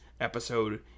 episode